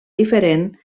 diferent